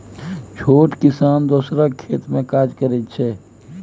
छोट किसान दोसरक खेत मे काज करैत छै